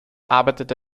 arbeitete